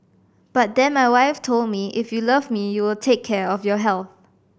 but then my wife told me if you love me you will take care of your health